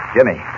Jimmy